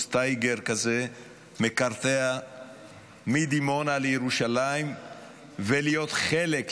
טייגר כזה מקרטע מדימונה לירושלים ולהיות חלק,